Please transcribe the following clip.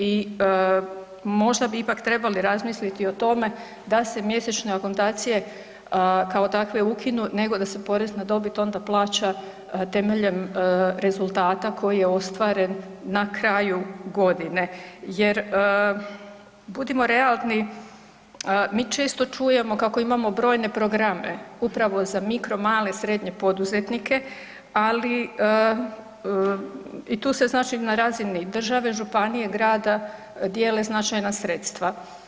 I možda bi ipak trebali razmisliti o tome da se mjesečne akontacije, tako takve, ukinu, nego da se porez na dobit onda plaća temeljem rezultata koje ostvare na kraju godine jer, budimo realni, mi često čujemo kako imamo brojne programe, upravo za mikro, male, srednje poduzetnike, ali i tu se znači na razini države, županije, grada dijele značajna sredstva.